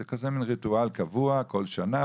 זה ריטואל קבוע בכל שנה,